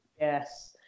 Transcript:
yes